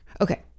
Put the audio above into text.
Okay